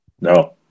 No